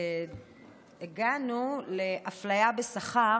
והגענו לאפליה בשכר